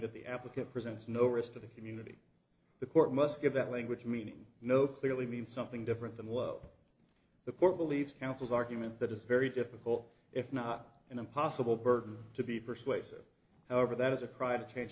that the applicant presents no risk to the community the court must give that language meaning no clearly means something different than what the port believes counsel's argument that it's very difficult if not impossible burden to be persuasive however that is a cry to change